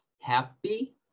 Happy